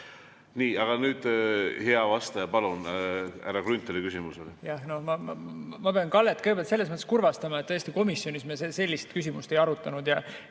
Nii. Aga nüüd, hea vastaja, palun, härra Grünthali küsimus oli. No ma pean Kallet kõigepealt selles mõttes kurvastama, et tõesti komisjonis me sellist küsimust ei arutanud ja